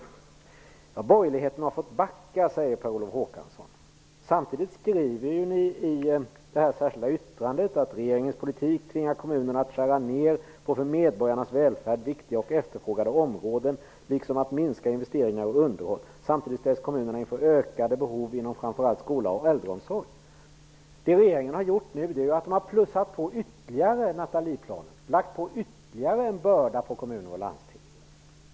Borgerligheten har fått backa, säger Per Olof Håkansson. Samtidigt skriver ni i ert särskilda yttrande: ''Regeringens politik tvingar kommunerna att skära ner på för medborgarnas välfärd viktiga och efterfrågade områden liksom att minska investeringar och underhåll. Samtidigt ställs kommunerna inför ökade behov inom framför allt skola och äldreomsorg.'' Det regeringen har gjort nu är att lägga på ytterligare en börda på kommuner och landsting. Regeringen har plussat på Nathalieplanen.